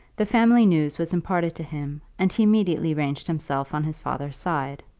the family news was imparted to him, and he immediately ranged himself on his father's side.